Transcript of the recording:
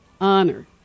Honor